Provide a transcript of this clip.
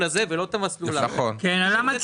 הזה ולא את המסלול ה --- כלומר אתה